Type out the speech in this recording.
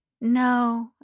No